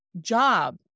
job